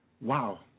wow